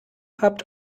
habt